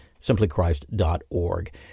simplychrist.org